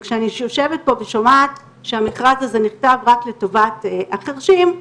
וכשאני יושבת פה ושומעת שהמכרז הזה נכתב רק לטובת החרשים,